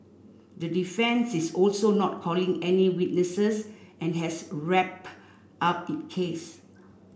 the defence is also not calling any witnesses and has wrapped up it case